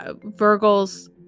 Virgil's